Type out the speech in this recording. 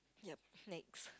yup next